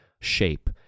shape